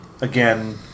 again